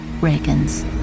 Reagan's